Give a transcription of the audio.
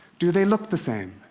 do they look the same?